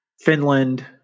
Finland